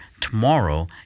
tomorrow